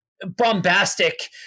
bombastic